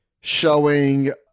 showing